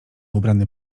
ubrany